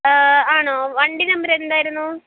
ആണോ വണ്ടി നമ്പര് എന്തായിരുന്നു